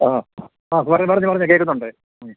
ആ ആ കേള്ക്കുന്നുണ്ടേ